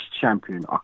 champion